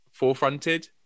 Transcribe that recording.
forefronted